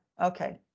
Okay